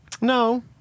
No